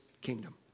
kingdom